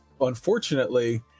unfortunately